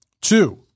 Two